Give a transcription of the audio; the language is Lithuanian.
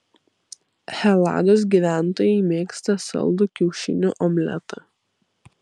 helados gyventojai mėgsta saldų kiaušinių omletą